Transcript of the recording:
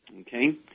Okay